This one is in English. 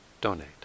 donate